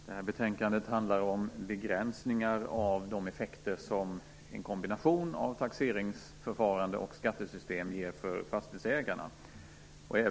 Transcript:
Fru talman! Det här betänkandet handlar om begränsningar av de effekter som en kombination av taxeringsförfarande och skattesystem ger för fastighetsägarna.